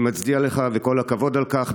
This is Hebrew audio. אני מצדיע לך, וכל הכבוד על כך.